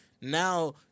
now